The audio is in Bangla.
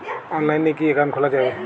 অনলাইনে কি অ্যাকাউন্ট খোলা যাবে?